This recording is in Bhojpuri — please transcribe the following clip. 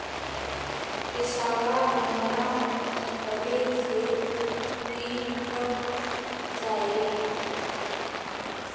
पेसावा हमरा खतवे से ही कट जाई?